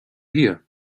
here